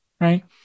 right